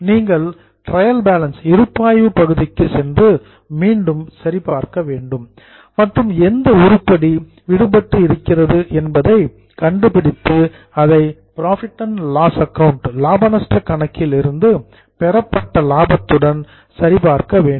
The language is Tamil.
நீங்கள் டிரையல் பேலன்ஸ் இருப்பாய்வு பகுதிக்கு சென்று மீண்டும் சரி பார்க்க வேண்டும் மற்றும் எந்த உருப்படி விடுபட்டு இருக்கிறது என்பதை கண்டுபிடித்து அதை புரோஃபிட் அண்ட் லாஸ் அக்கவுண்ட் லாப நஷ்டக் கணக்கில் இருந்து பெறப்பட்ட லாபத்துடன் சரி பார்க்க வேண்டும்